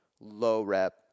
low-rep